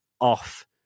off